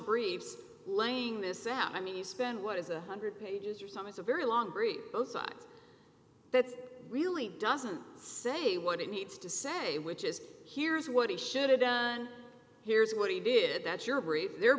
briefs laying this out i mean you spend what is a hundred pages or some it's a very long three both sides that really doesn't say what it needs to say which is here's what he should have done here's what he did that's your brief their